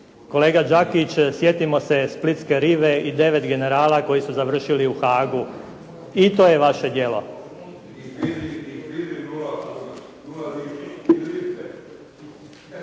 Kolega Đakić, sjetimo se splitske rive i devet generala koji su završili u Haagu. I to je vaše djelo.